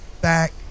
back